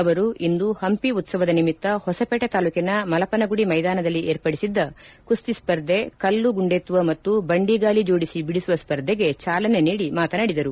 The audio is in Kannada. ಅವರು ಇಂದು ಹಂಪಿ ಉತ್ಸವದ ನಿಮಿತ್ತ ಹೊಸಪೇಟೆ ತಾಲೂಕಿನ ಮಲಪನಗುಡಿ ಮೈದಾನದಲ್ಲಿ ಏರ್ಪಡಿಸಿದ್ದ ಕುಸ್ತಿ ಸ್ಪರ್ಧೆ ಕಲ್ಲು ಗುಂಡೆತ್ತುವ ಮತ್ತು ಬಂಡಿಗಾಲಿ ಜೋಡಿಸಿ ಬಿಡಿಸುವ ಸ್ಪರ್ಧೆಗೆ ಚಾಲನೆ ನೀಡಿ ಮಾತನಾಡಿದರು